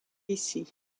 ici